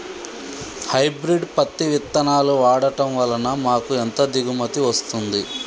Hybrid పత్తి విత్తనాలు వాడడం వలన మాకు ఎంత దిగుమతి వస్తుంది?